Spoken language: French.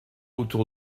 autour